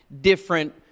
different